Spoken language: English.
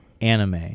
anime